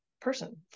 person